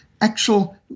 actual